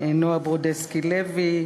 נועה ברודסקי-לוי,